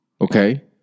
Okay